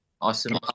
Awesome